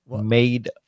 made